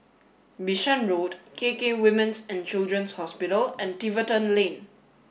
Bishan Road K K Women's and Children's Hospital and Tiverton Lane